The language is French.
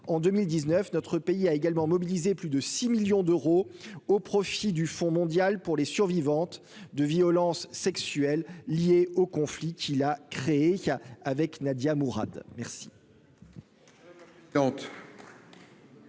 en 2019, notre pays a également mobilisé plus de 6 millions d'euros au profit du Fonds mondial pour les survivantes de violences sexuelles liées au conflit qui l'a qui a avec Nadia Mourad merci.